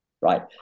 right